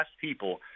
people